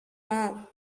man